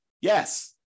Yes